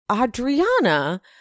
Adriana